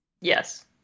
Yes